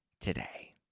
today